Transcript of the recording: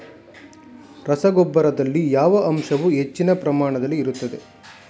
ರಸಗೊಬ್ಬರದಲ್ಲಿ ಯಾವ ಅಂಶವು ಹೆಚ್ಚಿನ ಪ್ರಮಾಣದಲ್ಲಿ ಇರುತ್ತದೆ?